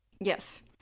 Yes